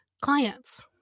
clients